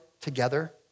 together